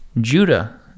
Judah